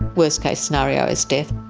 worst case scenario is death.